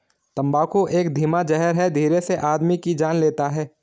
तम्बाकू एक धीमा जहर है धीरे से आदमी की जान लेता है